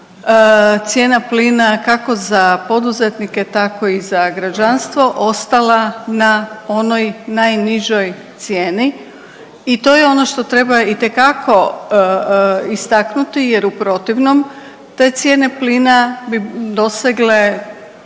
cijena plina kako za poduzetnike tako i za građanstvo ostala na onoj najnižoj cijeni. I to je ono što treba itekako istaknuti jer u protivnom te cijene plina bi dosegle